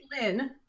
lynn